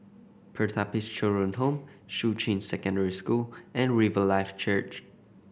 Pertapis Children Home Shuqun Secondary School and Riverlife Church